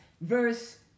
verse